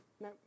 No